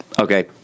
okay